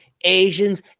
Asians